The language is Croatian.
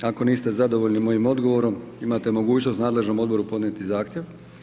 Ako niste zadovoljni mojim odgovorom imate mogućnost nadležnom odboru podnijeti zahtjev.